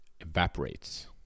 evaporates